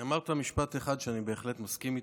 אמרת משפט אחד שאני בהחלט מסכים איתו: